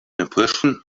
impression